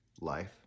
life